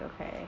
okay